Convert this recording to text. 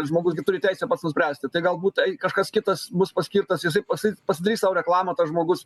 žmogus gi turi teisę nuspręsti tai galbūt tai kažkas kitas bus paskirtas jisai pasi pasidarys sau reklamą tas žmogus